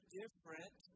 different